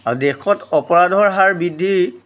আৰু দেশত অপৰাধৰ হাৰ বৃদ্ধি